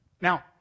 Now